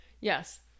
yes